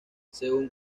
según